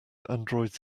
androids